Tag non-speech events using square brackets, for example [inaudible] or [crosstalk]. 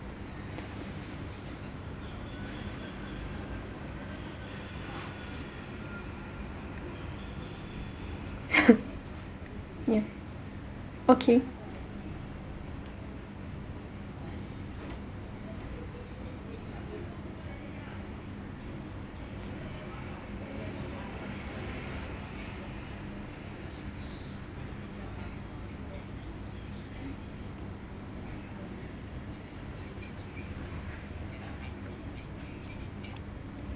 [laughs] yea okay